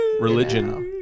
religion